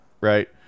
right